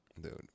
Dude